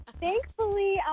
Thankfully